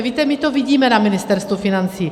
Víte, my to vidíme na Ministerstvu financí.